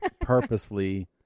purposefully